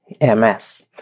MS